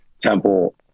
Temple